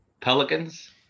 pelicans